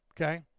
okay